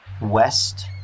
west